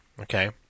Okay